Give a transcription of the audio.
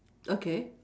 okay